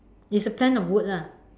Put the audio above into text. it's a plank of wood lah